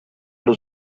allo